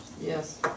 Yes